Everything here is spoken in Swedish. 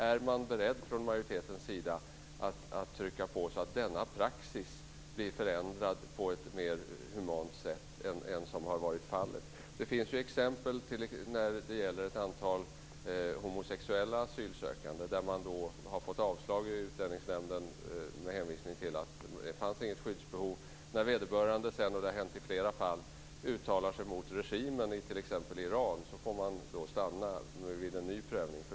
Är majoriteten beredd att trycka på så att denna praxis blir mer human än vad som har varit fallet? Det finns ju exempel på ett antal homosexuella asylsökande som har fått avslag av Utlänningsnämnden med hänvisning till att det inte fanns något skyddsbehov. När vederbörande sedan - och det har hänt i flera fall - uttalar sig mot regimen i t.ex. Iran, får man stanna vid en ny prövning.